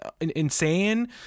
insane